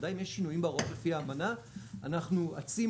בוודאי אם יש שינויים בהוראות לפי האמנה אנחנו אצים